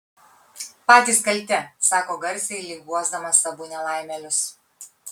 patys kalti sako garsiai lyg guosdamas abu nelaimėlius